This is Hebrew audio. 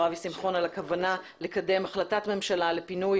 אבי שמחון על הכוונה לקדם החלטת ממשלה לפינוי